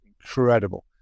incredible